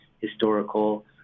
historical